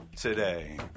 today